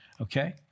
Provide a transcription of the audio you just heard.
Okay